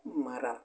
ಮರ